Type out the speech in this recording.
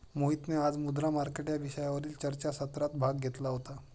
मोहितने आज मुद्रा मार्केट या विषयावरील चर्चासत्रात भाग घेतला होता